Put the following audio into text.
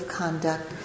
conduct